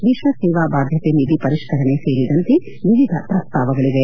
ವಿಕ್ವ ಸೇವಾ ಬಾಧ್ಯತೆ ನಿಧಿ ಪರಿಷ್ಕರಣೆ ಸೇರಿದಂತೆ ವಿವಿಧ ಪ್ರಸ್ತಾವಗಳವೆ